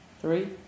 three